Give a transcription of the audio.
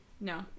No